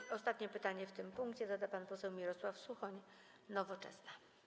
I ostatnie pytanie w tym punkcie zada pan poseł Mirosław Suchoń, Nowoczesna.